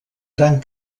gran